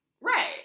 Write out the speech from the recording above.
Right